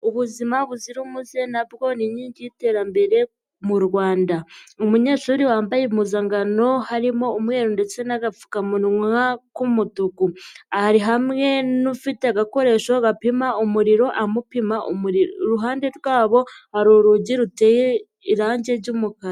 Ubuzima buzira umuze na bwo ni inkingi y'iterambere mu Rwanda, umunyeshuri wambaye impuzankano harimo umweru ndetse n'agapfukamunwa k'umutuku, ari hamwe n'ufite agakoresho gapima umuriro amupima umuriro, iruhande rwabo hari urugi ruteye irangi ry'umukara.